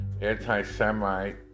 anti-Semite